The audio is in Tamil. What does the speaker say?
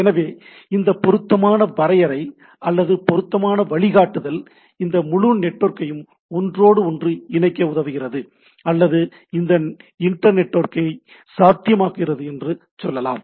எனவே இந்த பொருத்தமான வரையறை அல்லது பொருத்தமான வழிகாட்டுதல் இந்த முழு நெட்வொர்க்கையும் ஒன்றோடொன்று இணைக்க உதவுகிறது அல்லது இந்த இன்டெர் நெட்வொர்கிங் ஐ சாத்தியமாக்குகிறது என்று சொல்லலாம்